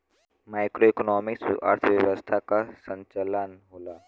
macroeconomics अर्थव्यवस्था क संचालन करला